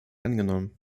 angenommen